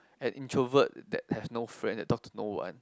an introvert that have no friend that talk to no one